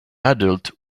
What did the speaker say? adult